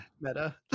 Meta